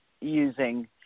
using